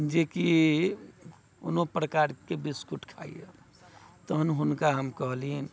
जेकि कोनो प्रकारके बिस्कुट खाइए तहन हुनका हम कहलिऐन